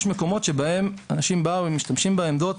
יש מקומות שבהם אנשים באים ומשתמשים בעמדות,